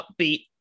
upbeat